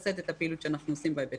לגביה.